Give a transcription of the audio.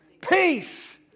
Peace